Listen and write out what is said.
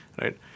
right